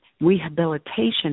rehabilitation